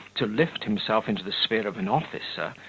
to lift himself into the sphere of an officer,